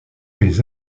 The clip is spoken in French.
baies